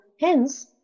hence